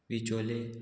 बिचोले